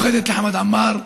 תודה מיוחדת לחמד עמאר,